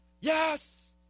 yes